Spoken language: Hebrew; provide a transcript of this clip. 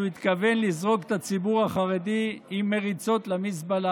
שהוא התכוון לזרוק את הציבור החרדי עם מריצות למזבלה